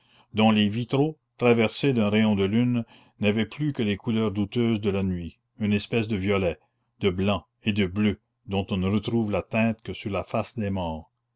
dont les vitraux traversés d'un rayon de lune n'avaient plus que les couleurs douteuses de la nuit une espèce de violet de blanc et de bleu dont on ne retrouve la teinte que sur la face des